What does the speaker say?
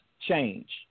change